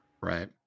Right